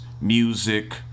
music